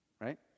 Right